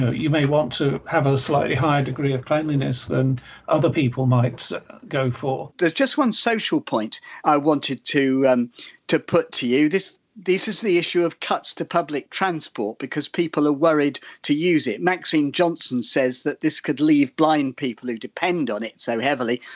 ah you may want to have a slightly higher degree of cleanliness than other people might go for there's just one social point i wanted to and to put to you, these is the issue of cuts to public transport because people are worried to use it. maxine johnson says that this could leave blind people, who depend on it so heavily,